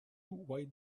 white